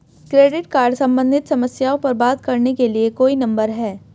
Credit card सम्बंधित समस्याओं पर बात करने के लिए कोई नंबर है?